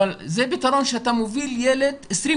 אבל זה פתרון שאתה מוביל ילד בן 5,